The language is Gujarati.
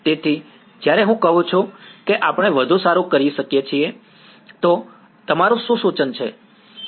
તેથી જ્યારે હું કહું કે આપણે વધુ સારું કરી શકીએ તો તમારું શું સૂચન હશે